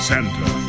Santa